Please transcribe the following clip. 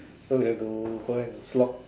so have to go and slog